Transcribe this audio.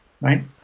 right